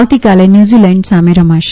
આવતીકાલે ન્યૂઝીલેન્ડ સામે રમશે